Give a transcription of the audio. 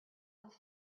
its